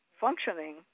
functioning